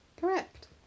Correct